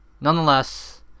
Nonetheless